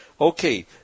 Okay